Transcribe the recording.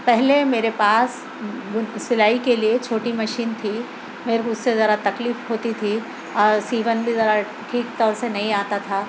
پہلے میرے پاس سِلائی کے لیے چھوٹی مشین تھی پھر اُس سے ذرا تکلیف ہوتی تھی اور سیون بھی ذرا ٹھیک طرح سے نہیں آتا تھا